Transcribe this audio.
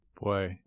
Boy